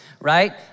right